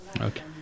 okay